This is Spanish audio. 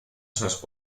seas